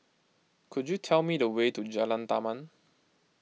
could you tell me the way to Jalan Taman